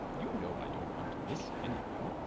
you know i don't want to miss anything.